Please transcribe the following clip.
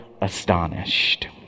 astonished